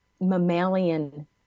mammalian